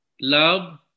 love